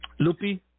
Lupi